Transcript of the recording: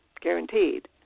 guaranteed